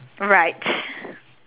right